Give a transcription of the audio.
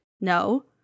No